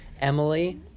Emily